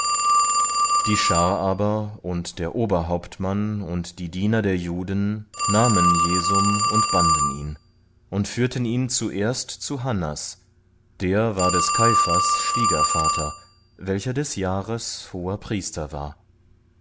die schar aber und der oberhauptmann und die diener der juden nahmen jesum und banden ihn und führten ihn zuerst zu hannas der war des kaiphas schwiegervater welcher des jahres hoherpriester war